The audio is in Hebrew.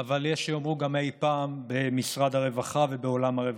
אבל יש שיאמרו גם אי פעם במשרד הרווחה ובעולם הרווחה.